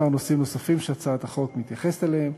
כמה נושאים נוספים שהצעת החוק מתייחסת אליהם.